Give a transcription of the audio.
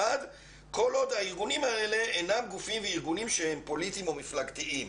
כל עוד הארגונים האלה אינם גופים וארגונים שהם פוליטיים או מפלגתיים".